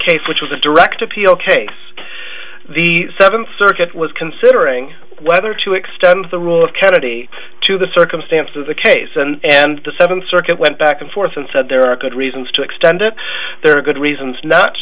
case which was a direct appeal case the seventh circuit was considering whether to extend the rule of kennedy to the circumstance of the case and the second circuit went back and forth and said there are good reasons to extend it there are good reasons n